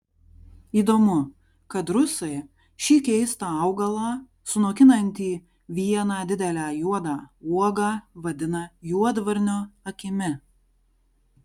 įdomu kad rusai šį keistą augalą sunokinantį vieną didelę juodą uogą vadina juodvarnio akimi